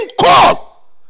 call